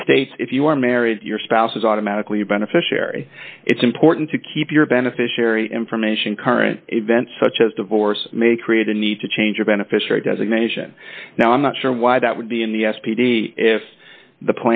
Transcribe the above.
it states if you are married your spouse is automatically a beneficiary it's important to keep your beneficiary information current events such as divorce may create a need to change a beneficiary designation now i'm not sure why that would be in the s p d if the